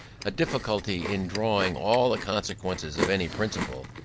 a difficulty in drawing all the consequences of any principle,